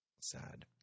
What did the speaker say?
Sad